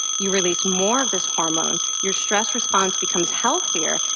you release more of this hormone, your stress response becomes healthier,